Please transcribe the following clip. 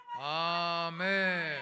Amen